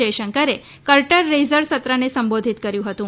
જયશંકરે curtain raiser સત્રને સંબોધિત કર્યું હતું